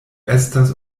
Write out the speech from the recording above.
estas